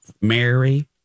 Mary